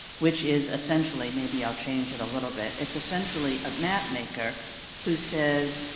which is essentially maybe i'll change it a little bit it's essentially a mapmaker who says,